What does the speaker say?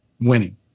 winning